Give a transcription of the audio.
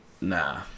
Nah